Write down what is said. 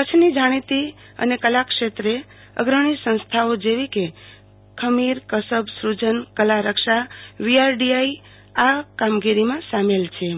કચ્છની જાણીતી અને ફસ્તકલા ક્ષેત્રે અગ્રણીન સંસ્થાઓ જેવી કે ખમીર કસબ શ્રુજન કલારક્ષા વીઆરડીઆઈ સામેલ છે